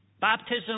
Baptism